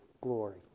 glory